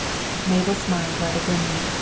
mabel smiled rather grimly.